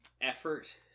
effort